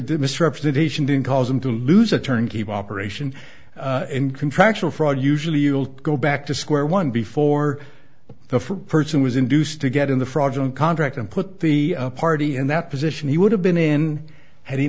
did misrepresentation didn't cause him to lose a turnkey operation in contractual fraud usually you'll go back to square one before the for person was induced to get in the fraudulent contract and put the party in that position he would have been in had he